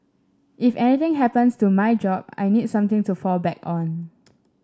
if anything happens to my job I need something to fall back on